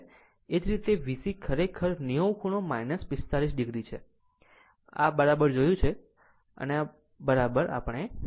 એ જ રીતે VC ખરેખર 90 ખૂણો 45 o છે બરાબર જોયું છે જો આ આવે છે કે જેણે બરાબર જોયું છે